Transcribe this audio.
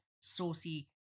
saucy